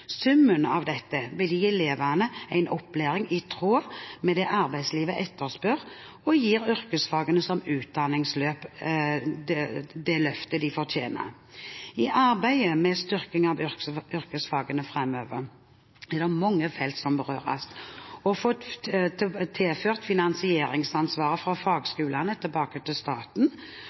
Summen av dette vil gi elevene en opplæring i tråd med det arbeidslivet etterspør og gi yrkesfagene som utdanningsløp det løftet de fortjener. I arbeidet med styrking av yrkesfagene framover er det mange felt som berøres. Å få ført finansieringsansvaret for fagskolene tilbake til staten